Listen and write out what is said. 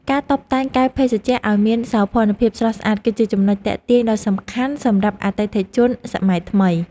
ការតុបតែងកែវភេសជ្ជៈឱ្យមានសោភ័ណភាពស្រស់ស្អាតគឺជាចំណុចទាក់ទាញដ៏សំខាន់សម្រាប់អតិថិជនសម័យថ្មី។